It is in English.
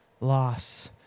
loss